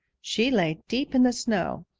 she lay deep in the snow,